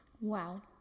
Wow